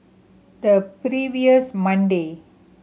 the previous Monday